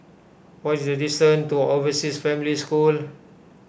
what is the distance to Overseas Family School